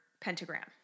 pentagram